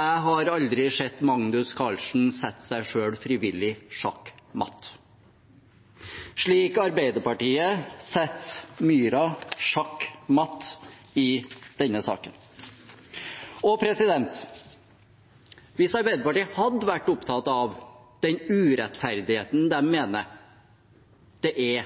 Jeg har aldri sett Magnus Carlsen sette seg selv frivillig sjakk mat, slik Arbeiderpartiet setter myra sjakk matt i denne saken. Hvis Arbeiderpartiet hadde vært opptatt av den urettferdigheten de mener det er